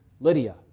Lydia